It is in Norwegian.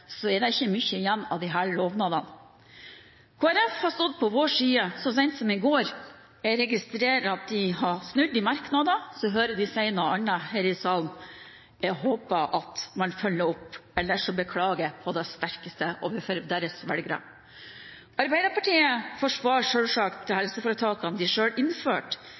så sent som i går. Jeg registrerer at de har snudd i merknader, og jeg hører dem si noe annet her i salen. Jeg håper at man følger opp, ellers beklager jeg på det sterkeste overfor deres velgere. Arbeiderpartiet forsvarer selvsagt helseforetakene de